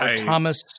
Thomas